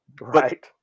Right